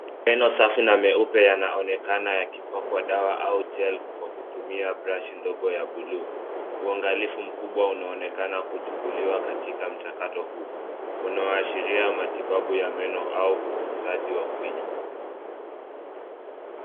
Meno safi na meupe yanaonekana yakipakwa dawa au gel kwa kutumia brashi ndogo ya buluu. Uangalifu mkubwa unaonekana kuchukuliwa katika mchakato huu, unaoshiria matibabu ya meno au utunzaji wa kinywa.